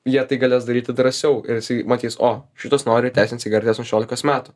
jie tai galės daryti drąsiau ir matys o šitas nori įteisint cigaretes šešiolikos metų